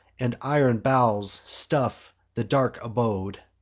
and iron bowels stuff the dark abode.